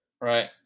Right